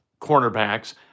cornerbacks